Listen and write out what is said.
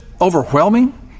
overwhelming